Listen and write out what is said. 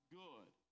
good